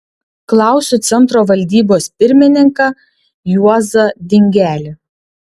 klausiu centro valdybos pirmininką juozą dingelį